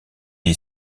est